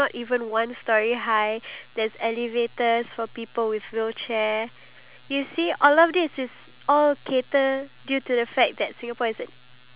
to cater to the needs of the elderly but at the end of the day they are not the one who contribute back to society that much because they are old you know